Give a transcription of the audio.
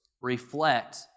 reflect